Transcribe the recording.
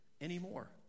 anymore